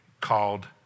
called